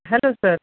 hello sir